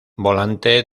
volante